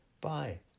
bye